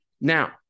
Now